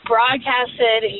broadcasted